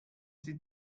sie